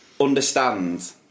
understand